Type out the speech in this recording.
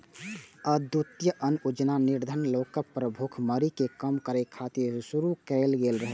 अंत्योदय अन्न योजना निर्धन लोकक भुखमरी कें कम करै खातिर शुरू कैल गेल रहै